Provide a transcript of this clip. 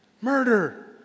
Murder